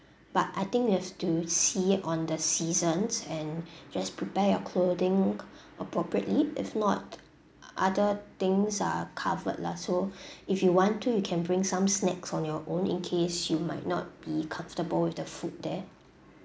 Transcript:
but I think you have to see on the seasons and just prepare your clothing appropriately if not other things are covered lah so if you want to you can bring some snacks on your own in case you might not be comfortable with the food there